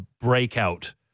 breakout